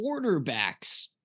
quarterbacks